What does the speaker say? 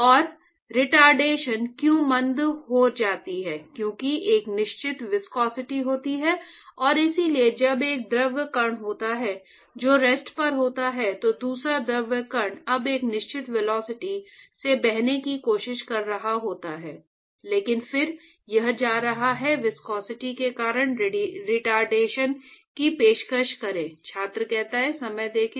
और रिटार्डेशन क्यों मंद हो जाती है क्योंकि एक निश्चित विस्कोसिटी होती है और इसलिए जब एक द्रव कण होता है जो रेस्ट पर होता है तो दूसरा द्रव कण अब एक निश्चित वेलोसिटी से बहने की कोशिश कर रहा होता है लेकिन फिर यह जा रहा है विस्कोसिटी के कारण रिटार्डेशन की पेशकश करें